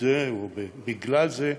רק בגלל זה,